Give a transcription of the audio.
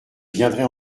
viendrai